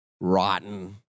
rotten